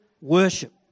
worship